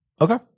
Okay